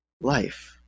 life